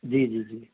ਜੀ ਜੀ ਜੀ